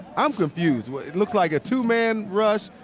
i'm confused. it looks like a two-man rush.